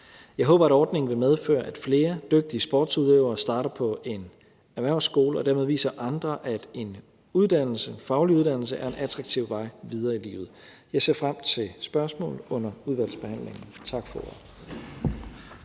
Jeg håber, at ordningen vil medføre, at flere dygtige sportsudøvere starter på en erhvervsskole og dermed viser andre, at en faglig uddannelse er en attraktiv vej videre i livet. Jeg ser frem til spørgsmål under udvalgsbehandlingerne. Tak for